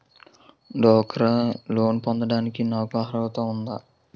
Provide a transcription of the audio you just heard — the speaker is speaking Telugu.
డ్వాక్రా లోన్ పొందటానికి నాకు అర్హత ఉందా?